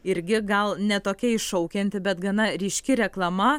irgi gal ne tokia iššaukianti bet gana ryški reklama